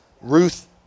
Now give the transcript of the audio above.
Ruth